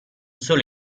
solo